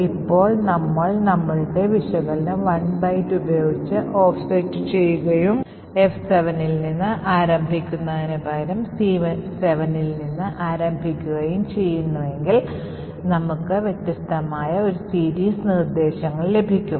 ഇപ്പോൾ നമ്മൾ നമ്മുടെ വിശകലനം 1 ബൈറ്റ് ഉപയോഗിച്ച് ഓഫ്സെറ്റ് ചെയ്യുകയും F7ൽ നിന്ന് ആരംഭിക്കുന്നതിനുപകരം C7ൽ നിന്ന് ആരംഭിക്കുകയും ചെയ്യുന്നുവെങ്കിൽ നമുക്ക് വ്യത്യസ്തമായ ഒരു SERIES നിർദ്ദേശങ്ങൾ ലഭിക്കും